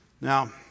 Now